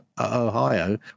Ohio